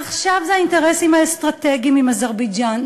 עכשיו זה האינטרסים האסטרטגיים עם אזרבייג'ן.